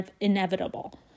inevitable